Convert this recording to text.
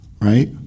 Right